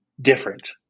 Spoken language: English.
different